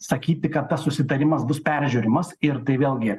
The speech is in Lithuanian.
sakyti kad tas susitarimas bus peržiūrimas ir tai vėlgi